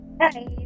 Hi